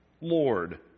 Lord